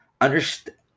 Understand